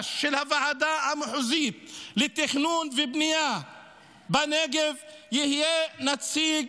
החדש של הוועדה המחוזית לתכנון ובנייה בנגב יהיה נציג